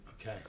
okay